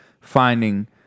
finding